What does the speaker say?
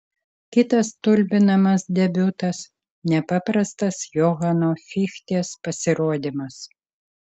kitas stulbinamas debiutas nepaprastas johano fichtės pasirodymas